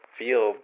feel